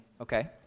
okay